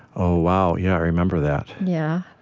oh, wow. yeah, i remember that yeah?